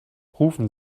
rufen